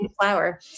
flower